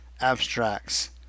Abstracts